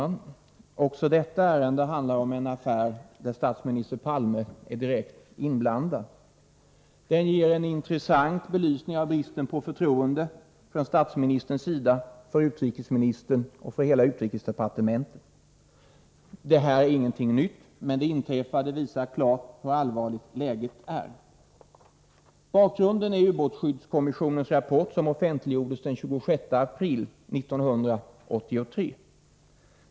Fru talman! Även detta ärende handlar om en affär där statsminister Palme är direkt inblandad. Ärendet ger en intressant belysning av bristen på förtroende från statsministerns sida för utrikesministern och för hela utrikesdepartementet. Detta är inget nytt, men det inträffade visar klart hur allvarligt läget är. Bakgrunden är ubåtsskyddskommissionens rapport, som offentliggjordes den 26 april 1983.